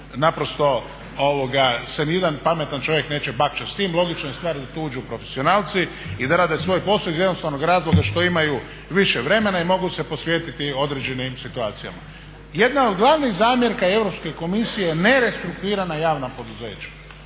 naprosto se nijedan pametan čovjek neće bakćati s tim. Logična je stvar da tu uđu profesionalci i da rade svoj posao iz jednostavnog razloga što imaju više vremena i mogu se posvetiti određenim situacijama. Jedna od glavnih zamjerki Europske komisije je nerestrukturirana javna poduzeća.